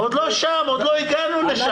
עוד לא שם, עוד לא הגענו לשם.